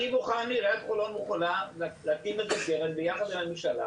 עיריית חולון מוכנה להקים איזה קרן ביחד עם הממשלה